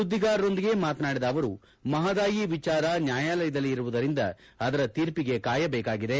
ಸುದ್ದಿಗಾರರೊಂದಿಗೆ ಮಾತನಾಡಿದ ಅವರು ಮಹದಾಯಿ ವಿಚಾರ ನ್ಯಾಯಾಲಯದಲ್ಲಿ ಇರುವುದರಿಂದ ಅದರ ತೀರ್ಪಿಗೆ ಕಾಯಬೇಕಾಗಿದೆ